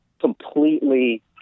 completely